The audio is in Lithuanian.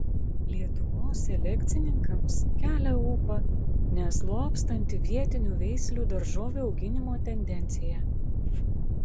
lietuvos selekcininkams kelia ūpą neslopstanti vietinių veislių daržovių auginimo tendencija